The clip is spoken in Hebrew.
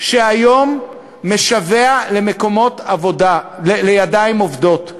שמשווע היום לידיים עובדות.